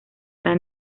era